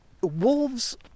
wolves